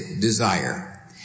desire